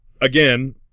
again